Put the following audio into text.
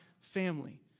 family